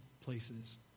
places